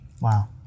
Wow